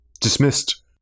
Dismissed